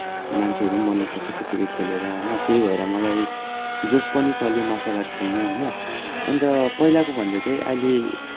मान्छेहरू पनि बन्नसक्छ त्यतिकै खेलेर होइन त्यही भएर मलाई जोस् पनि चल्यो मार्सल आर्ट खेल्न होइन अन्त पहिलाको भन्दा चाहिँ अहिले